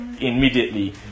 immediately